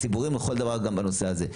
אז הם ציבוריים לכל דבר גם בנושא הזה.